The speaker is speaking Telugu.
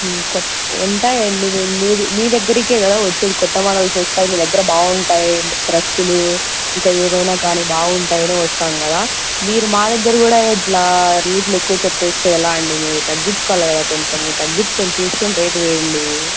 కొత్త ఉంటాయి అండి మీరు మీ దగ్గరికి కదా వచ్చేది కొత్త మోడల్స్ వస్తాయి మీ దగ్గర బాగుంటాయి డ్రస్సులు ఇంకా ఏమైనా కానీ బాగుంటాయి అనే వస్తాం కదా మీరు మా దగ్గర కూడా ఇట్లా రేట్లు ఎక్కువ చెప్తే ఎలాా అండి మీరు తగ్గించుకోవాలి కదా కొంచెం తగ్గించుకొని చూసుకొని రేట్ వేయండి